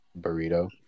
Burrito